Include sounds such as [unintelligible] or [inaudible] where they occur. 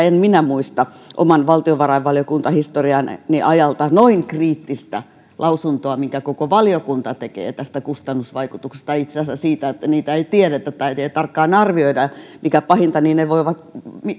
[unintelligible] en minä muista oman valtiovarainvaliokuntahistoriani ajalta noin kriittistä lausuntoa minkä koko valiokunta tekee näistä kustannusvaikutuksista ja itse asiassa siitä että niitä ei tiedetä tai ei tarkkaan arvioida ja mikä pahinta ne voivat